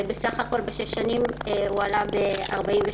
בסך הכול בשש שנים הוא עלה ב-43%.